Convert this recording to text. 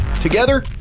Together